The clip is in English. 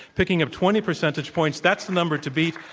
picking up twenty percentage points. that's the number to beat.